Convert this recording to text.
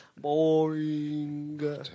boring